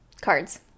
cards